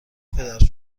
پدر